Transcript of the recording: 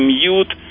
mute